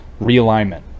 realignment